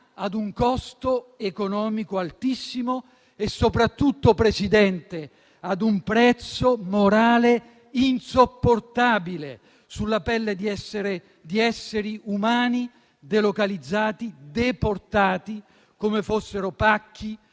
ad un costo economico altissimo e soprattutto, Presidente, ad un prezzo morale insopportabile sulla pelle di essere di esseri umani delocalizzati, deportati, come fossero pacchi